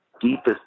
deepest